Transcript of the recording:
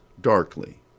darkly